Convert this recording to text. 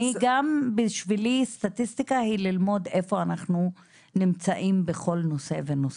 גם בשבילי סטטיסטיקה היא ללמוד איפה אנחנו נמצאים בכל נושא ונושא.